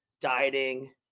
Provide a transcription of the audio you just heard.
dieting